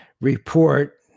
report